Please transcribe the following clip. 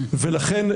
שוב,